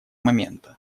момента